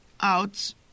out